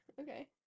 Okay